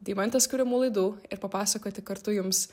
deimantės kuriamų laidų ir papasakoti kartu jums